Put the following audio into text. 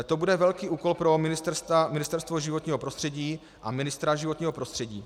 To bude velký úkol pro Ministerstvo životního prostředí a ministra životního prostředí.